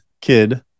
kid